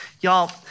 Y'all